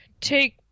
take